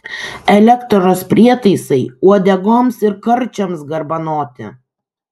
elektros prietaisai uodegoms ir karčiams garbanoti